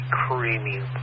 creamy